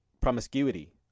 promiscuity